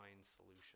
solution